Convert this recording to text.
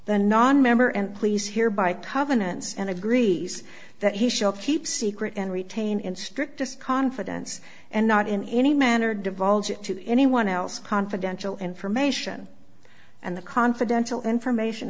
the non member and police here by covenants and agrees that he shall keep secret and retain in strictest confidence and not in any manner divulge to anyone else confidential information and the confidential information